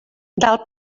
del